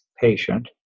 patient